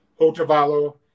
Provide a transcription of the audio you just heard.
Otavalo